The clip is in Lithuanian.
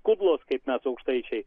kudlos kaip mes aukštaičiai